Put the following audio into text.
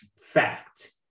fact